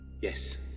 Yes